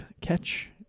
catch